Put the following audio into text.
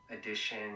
edition